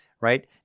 right